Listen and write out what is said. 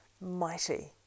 Mighty